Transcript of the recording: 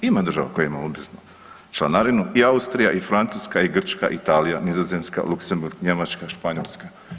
Ima država koje ima obveznu članarinu, i Austrija i Francuska i Grčka, Italija, Nizozemska, Luksemburg, Njemačka, Španjolska.